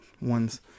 ones